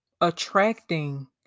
Attracting